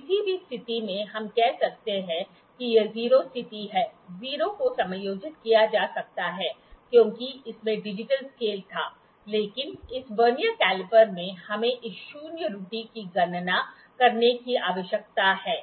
किसी भी स्थिति में हम कह सकते हैं कि यह 0 स्थिति है 0 को समायोजित किया जा सकता है क्योंकि इसमें डिजिटल स्केल था लेकिन इस वर्नियर कैलिपर में हमें इस शून्य त्रुटि की गणना करने की आवश्यकता है